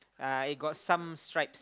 uh it got some stripes